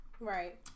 right